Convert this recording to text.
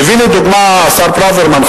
מביא לדוגמה השר ברוורמן,